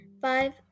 Five